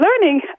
learning